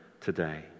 today